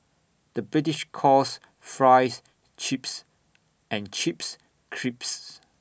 the British calls Fries Chips and Chips Crisps